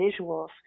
visuals